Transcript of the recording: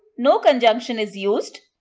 no conjunction is used,